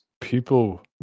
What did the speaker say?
People